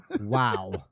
wow